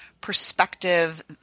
perspective